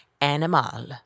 animal